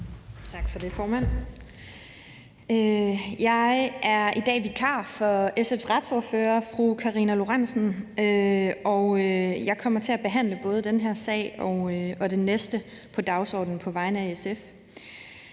Tak for det, formand. Jeg er i dag vikar for SF's retsordfører, fru Karina Lorentzen, og jeg kommer til at behandle både den her sag og den næste på dagsordnen på vegne af SF.